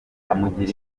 amugira